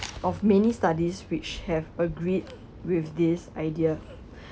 of many studies which have agreed with this idea